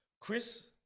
Chris